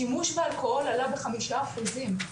שימוש באלכוהול עלה בחמישה אחוזים,